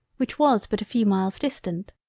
which was but a few miles distant.